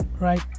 right